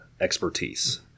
expertise